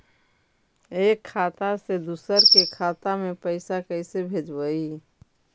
एक खाता से दुसर के खाता में पैसा कैसे भेजबइ?